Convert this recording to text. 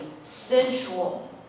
sensual